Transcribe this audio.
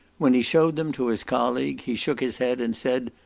when he shewed them to his colleague, he shook his head, and said,